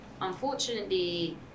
unfortunately